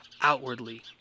outwardly